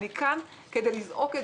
אני כאן כדי לזעוק את